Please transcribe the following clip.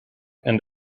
and